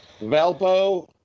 Valpo